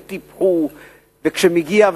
וכשמגיע,